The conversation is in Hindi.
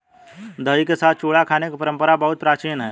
दही के साथ चूड़ा खाने की परंपरा बहुत प्राचीन है